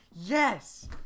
Yes